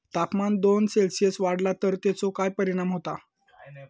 तापमान दोन सेल्सिअस वाढला तर तेचो काय परिणाम होता?